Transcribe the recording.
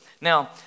Now